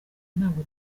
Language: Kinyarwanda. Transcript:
ntabwo